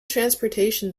transportation